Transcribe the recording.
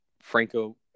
Franco